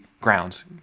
grounds